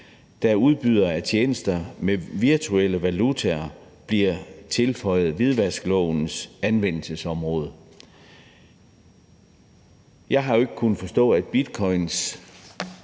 da udbydere af tjenester med virtuelle valutaer bliver tilføjet hvidvasklovens anvendelsesområde. Jeg har jo ikke kunnet forstå, at bitcoins